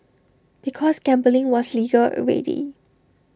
because gambling was legal already